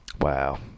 wow